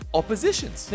oppositions